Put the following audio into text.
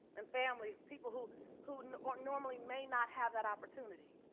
and families, people who who and um normally may not have that opportunity.